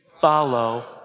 follow